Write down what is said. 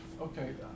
Okay